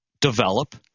develop